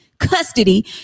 Custody